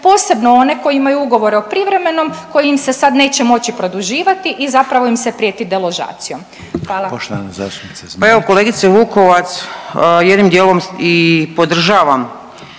posebno one koji imaju ugovore o privremenom koji im se sad neće moći produživati i zapravo im se prijeti deložacijom, hvala.